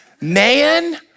man